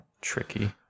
Tricky